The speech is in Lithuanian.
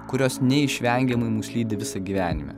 kurios neišvengiamai mus lydi visą gyvenime